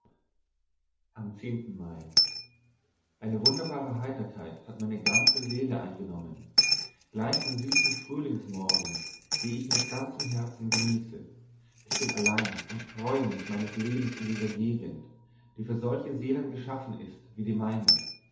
am mai eine wunderbare heiterkeit hat meine ganze seele eingenommen gleich den süßen frühlingsmorgen die ich mit ganzem herzen genieße ich bin allein und freue mich meines lebens in dieser gegend die für solche seelen geschaffen ist wie die meine